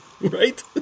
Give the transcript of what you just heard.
Right